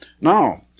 Now